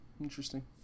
interesting